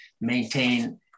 maintain